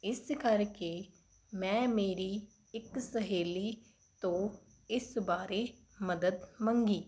ਇਸ ਕਰਕੇ ਮੈਂ ਮੇਰੀ ਇੱਕ ਸਹੇਲੀ ਤੋਂ ਇਸ ਬਾਰੇ ਮਦਦ ਮੰਗੀ